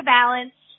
balance